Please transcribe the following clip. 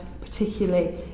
particularly